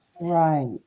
Right